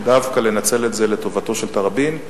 דווקא לנצל את זה לטובתו של תראבין.